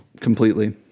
completely